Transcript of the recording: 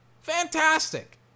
Fantastic